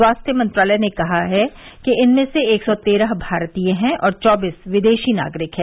स्वास्थ्य मंत्रालय ने कहा है कि इनमें से एक सौ तेरह भारतीय हैं और चौबीस विदेशी नागरिक हैं